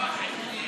נתקבלה.